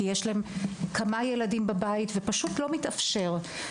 כי יש להם כמה ילדים בבית ופשוט לא מתאפשר.